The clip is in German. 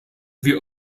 wir